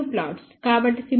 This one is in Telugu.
కాబట్టి సిములేటెడ్ గెయిన్ 10